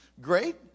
great